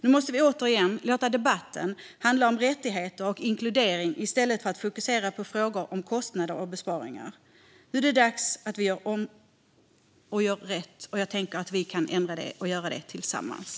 Vi måste återigen låta debatten handla om rättigheter och inkludering i stället för att fokusera på kostnader och besparingar. Det är dags att göra om och göra rätt. Jag tänker att vi kan göra det tillsammans.